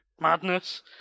madness